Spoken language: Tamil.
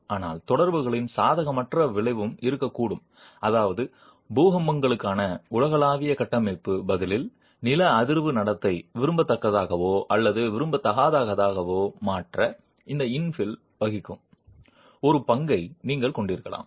ஆனால் தொடர்புகளின் சாதகமற்ற விளைவும் இருக்கக்கூடும் அதாவது பூகம்பங்களுக்கான உலகளாவிய கட்டமைப்பு பதிலில் நில அதிர்வு நடத்தை விரும்பத்தக்கதாகவோ அல்லது விரும்பத்தகாததாகவோ மாற்ற இந்த இன்ஃபில் வகிக்கும் ஒரு பங்கை நீங்கள் கொண்டிருக்கலாம்